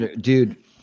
dude